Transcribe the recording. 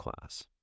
class